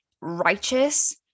righteous